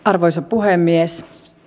arvoisa puhemies